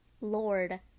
Lord